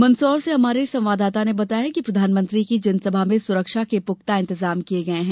मंदसौर से हमारे संवाददाता ने बताया है कि प्रधानमंत्री की जनसभा में सुरक्षा के पूख्ता इंतजाम किये गये हैं